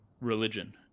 religion